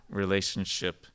relationship